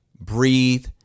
breathe